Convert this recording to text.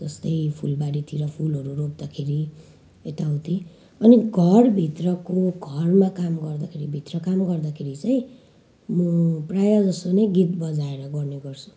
जस्तै फुलबारीतिर फुलहरू रोप्दाखेरि यताउति अनि घरभित्रको घरमा काम गर्दाखेरि भित्र काम गर्दाखेरि चाहिँ म प्राय जसो नै गीत बजाएर गर्ने गर्छु